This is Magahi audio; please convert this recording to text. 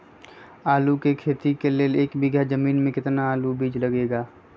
आलू की खेती के लिए एक बीघा जमीन में कितना आलू का बीज लगेगा?